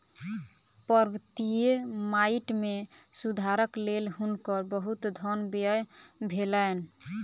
पर्वतीय माइट मे सुधारक लेल हुनकर बहुत धन व्यय भेलैन